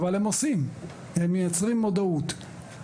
אבל הם עושים; הם מייצרים מודעות,